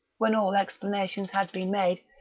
when all explanations had been made,